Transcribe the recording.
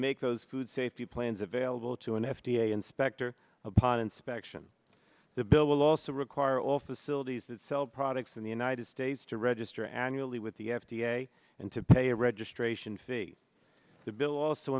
make those food safety plans available to an f d a inspector upon inspection the bill will also require all facilities that sell products in the united states to register annually with the f d a and to pay a registration fee the bill also